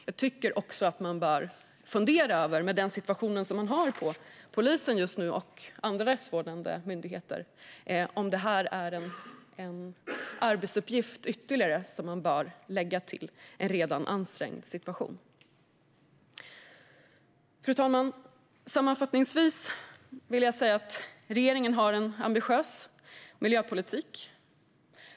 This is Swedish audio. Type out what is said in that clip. Jag tycker också att man, med den situation som råder inom polisen och andra rättsvårdande myndigheter just nu, bör fundera över om detta är ytterligare en arbetsuppgift som bör läggas till i ett redan ansträngt läge. Fru talman! Sammanfattningsvis vill jag säga att regeringen har en ambitiös miljöpolitik.